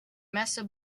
mesa